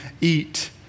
eat